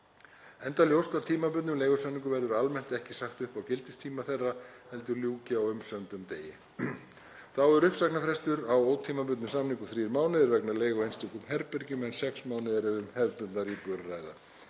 enda ljóst að tímabundnum leigusamningum verður almennt ekki sagt upp á gildistíma þeirra heldur ljúki á umsömdum degi. Þá er uppsagnarfrestur á ótímabundnum samningum þrír mánuðir vegna leigu á einstökum herbergjum en sex mánuðir ef um hefðbundnar íbúðir